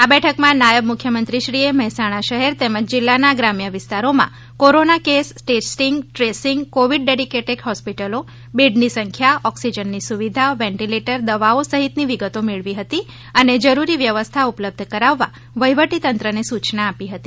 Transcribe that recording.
આ બેઠકમાં નાયબ મુખ્યમંત્રી શ્રીએ મહેસાણા શહેર તેમજ જિલ્લાના ગ્રામ્ય વિસ્તારોમાં corona case testing tracing COVID dedicated હોસ્પિટલો બેડની સંખ્યા ઓકિસજનની સુવિધા વેન્ટીલેટર દવાઓ સહિતની વિગતો મેળવી હતી અને જરૂરી વ્યવસ્થા ઉપલબ્ધ કરાવવા વફીવટી તંત્રને સૂચના આપી હતી